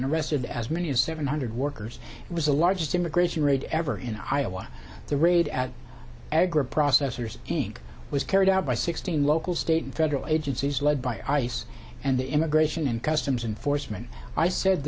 arrested as many as seven hundred workers it was the largest immigration raid ever in iowa the raid at agriprocessors inc was carried out by sixteen local state and federal agencies led by ice and the immigration and customs enforcement i said